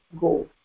go